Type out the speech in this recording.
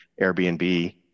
Airbnb